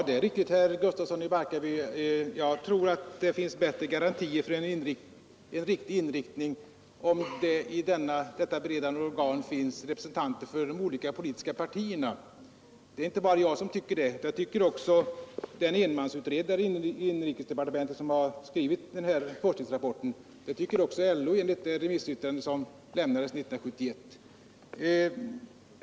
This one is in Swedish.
Herr talman! Ja, herr Gustafsson i Barkarby, jag tror det finns bättre garantier för en riktig inriktning av välfärdsforskningen om det i det beredande organet finns representanter för de olika politiska partierna. Det är inte bara jag som tycker det, utan det gör också den enmansutredare i inrikesdepartementet som har skrivit denna forskningsrapport. Och det tycker också LO, enligt det remissyttrande som avlämnades 1971.